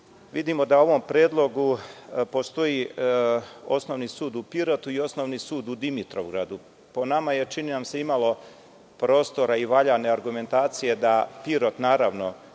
Vidimo da u ovom predlogu postoji Osnovni sud u Pirotu i Osnovni sud u Dimitrovgradu. Po nama je, čini nam se, imalo prostora i valjane argumentacije da Pirot naravno